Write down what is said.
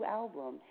album